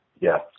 Yes